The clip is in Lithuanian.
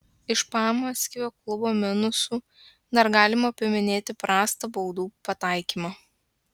iš pamaskvio klubo minusų dar galima paminėti prastą baudų pataikymą